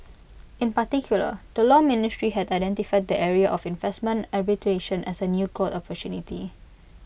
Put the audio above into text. in particular the law ministry has identified the area of investment arbitration as A new growth opportunity